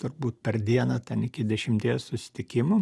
turbūt per dieną ten iki dešimties susitikimų